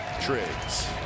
Triggs